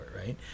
right